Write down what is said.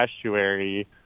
estuary